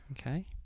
okay